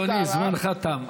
אדוני, זמנך תם.